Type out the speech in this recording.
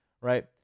Right